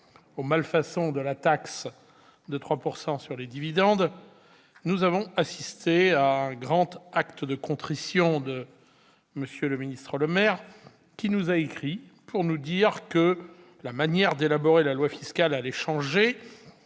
aux malfaçons de la taxe de 3 % sur les dividendes, nous avons assisté à un grand acte de contrition du ministre Bruno Le Maire : il nous a écrit pour nous dire que la manière d'élaborer la loi fiscale allait changer,